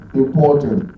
important